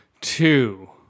Two